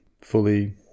fully